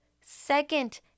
second